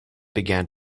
began